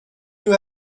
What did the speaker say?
you